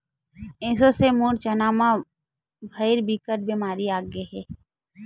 एसो से मोर चना म भइर बिकट बेमारी आगे हे गा